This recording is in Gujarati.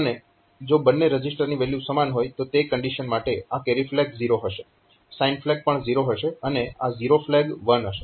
અને જો બંને રજીસ્ટરની વેલ્યુ સમાન હોય તો તે કન્ડીશન માટે આ કેરી ફ્લેગ 0 હશે સાઇન ફ્લેગ પણ 0 હશે અને આ ઝીરો ફ્લેગ 1 હશે